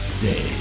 day